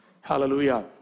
Hallelujah